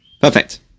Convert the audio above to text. Perfect